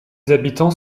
habitants